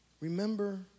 Remember